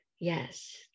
Yes